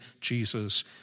Jesus